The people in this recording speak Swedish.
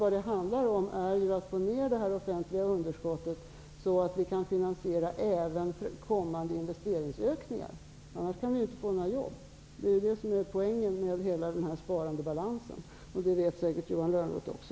Vad det handlar om är ju att vi måste få ner det offentliga underskottet, så att vi kan finansiera även kommande investeringsökningar - annars kan vi inte få fram några jobb. Detta är poängen med sparandebalansen, och det vet säkert Johan Lönnroth också.